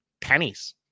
pennies